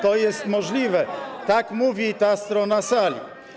To jest możliwe, tak mówi ta strona sali.